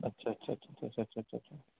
اچھا اچھا اچھا اچھا اچھا اچھا اچھا